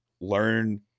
learn